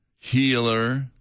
healer